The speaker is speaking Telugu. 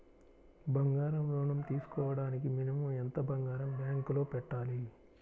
బంగారం ఋణం తీసుకోవడానికి మినిమం ఎంత బంగారం బ్యాంకులో పెట్టాలి?